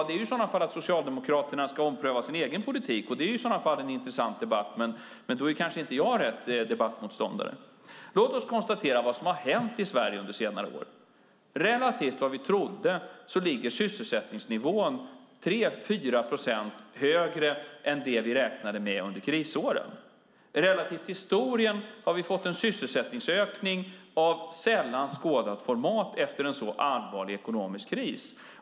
Det är i så fall att Socialdemokraterna ska ompröva sin egen politik, och det är en intressant debatt. Då är dock jag kanske inte rätt debattmotståndare. Låt oss konstatera vad som har hänt i Sverige under senare år. Relativt vad vi trodde ligger sysselsättningsnivån 3-4 procent högre än vad vi räknade med under krisåren. Relativt historien har vi fått en sysselsättningsökning av sällan skådat format efter en sådan allvarlig ekonomisk kris.